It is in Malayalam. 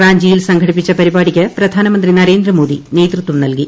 റാഞ്ചിയിൽ സംഘടിപ്പിച്ച പരിപാടി പ്രധാനമന്ത്രി നരേന്ദ്രമോദി നേതൃത്വം നൽകി